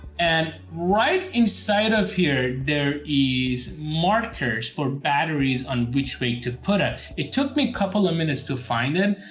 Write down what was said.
and right inside of here, there is markers for batteries on which way to put it, it took me a couple of minutes to find them,